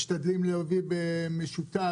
משתדלים להביא במשותף